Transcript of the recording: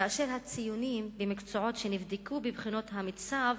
כאשר הציונים במקצועות שנבדקו בבחינות המיצ"ב